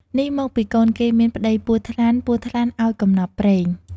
នេះមកពីកូនគេមានប្ដីពស់ ថ្លាន់ ពស់ថ្លាន់ឱ្យកំណប់ព្រេង ”។